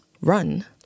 run